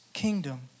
kingdom